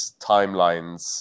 timelines